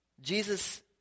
Jesus